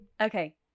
Okay